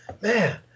man